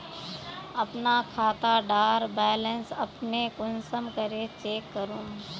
अपना खाता डार बैलेंस अपने कुंसम करे चेक करूम?